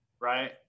Right